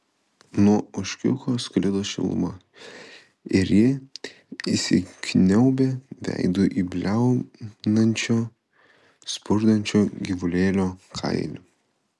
nuo ožkiuko sklido šiluma ir ji įsikniaubė veidu į bliaunančio spurdančio gyvulėlio kailį